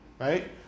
right